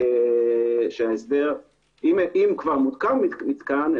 אם כבר מותקן מתקן,